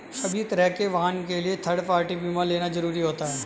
सभी तरह के वाहन के लिए थर्ड पार्टी बीमा लेना जरुरी होता है